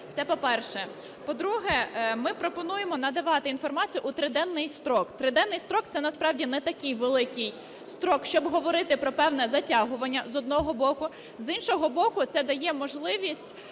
це по-перше. По-друге, ми пропонуємо надавати інформацію у триденний строк. Триденний строк – це насправді не такий великий строк, щоб говорити про певне затягування, з одного. З іншого боку, це дає можливість